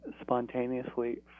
spontaneously